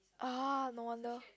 ah no wonder